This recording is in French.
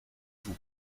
vous